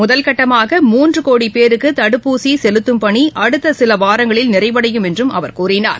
முதல்கட்டமாக மூன்றுகோடிபேருக்குதடுப்பூசிசெலுத்தும் பணிஅடுத்தசிலவாரங்களில் நிறைவடையும் என்றும் அவர் தெரிவித்தார்